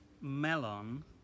melon